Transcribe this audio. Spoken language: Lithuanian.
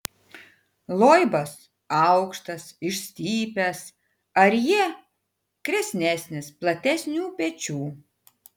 loibas aukštas išstypęs arjė kresnesnis platesnių pečių